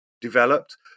developed